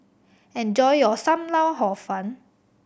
enjoy your Sam Lau Hor Fun